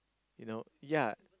you know yea